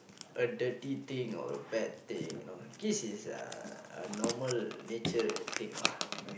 a dirty thing or bad thing you know kiss is a normal nature thing lah